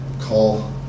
call